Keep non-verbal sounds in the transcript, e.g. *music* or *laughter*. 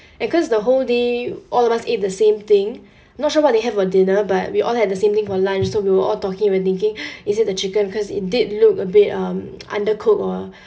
because the whole day all of us ate the same thing *breath* not sure what they have for dinner but we all have the same thing for lunch so we were all talking and thinking *breath* is it the chicken because it did look a bit um undercooked or *breath*